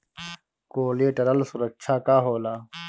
Collateral सुरक्षा का होला?